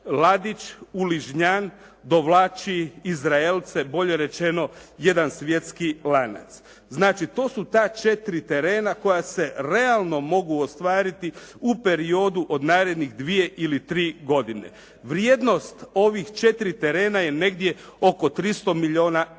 Ladić u Ližnjan dovlači Izraelce, bolje rečeno jedan svjetski lanac. Znači, to su ta četiri terena koja se realno mogu ostvariti u periodu od narednih dvije ili tri godine. Vrijednost ovih četiri terena je negdje oko 300 milijuna eura.